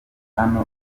hano